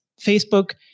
Facebook